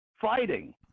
Fighting